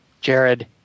Jared